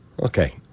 okay